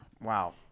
Wow